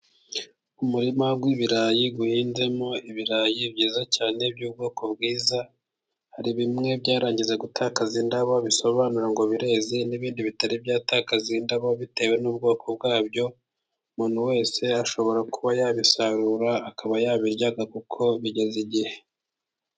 Umurima w'ibirayi uhinzemo ibirayi byiza cyane, by'ubwoko bwiza. Hari bimwe byarangije gutakaza indabo, bisobanura ngo bireze. N'ibindi bitari byatakaza indabo bitewe n'ubwoko bwabyo. Umuntu wese ashobora kuba yabisarura, akaba yabirya kuko bigeze igihe.